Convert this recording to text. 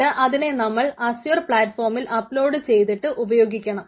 എന്നിട്ട് അതിനെ നമ്മൾ അസ്യൂർ പ്ലാറ്റ്ഫോമിൽ അപ്ലോഡ് ചെയ്തിട്ട് ഉപയോഗിക്കണം